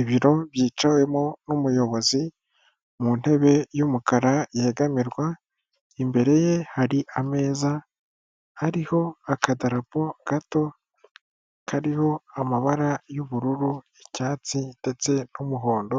Ibiro byicawemo n'umuyobozi, mu ntebe y'umukara yegamirwa, imbere ye hari ameza, ariho akadarapo gato, kariho amabara y'ubururu, icyatsi, ndetse n'umuhondo,